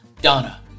Donna